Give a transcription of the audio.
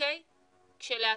כשלעצמו,